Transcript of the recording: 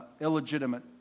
illegitimate